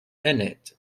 innit